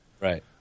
Right